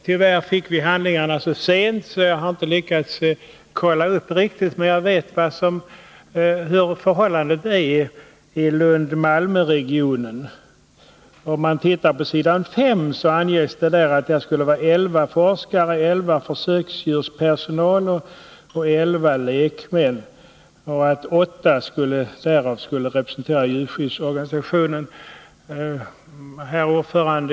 Tyvärr fick vi handlingarna så sent att jag inte lyckats Nr 17 kolla upp siffrorna riktigt, men jag vet hur förhållandet är i Lund Malmöregionen. På s. 5 i utskottsbetänkandet anges att de djurförsöksetiska nämnderna skulle bestå av elva forskare, elva personer som utgör djurförsökspersonal samt elva lekmän och att åtta av dessa skulle representera djurskyddsorganisationerna. Fru talman!